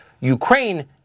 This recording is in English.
Ukraine